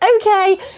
okay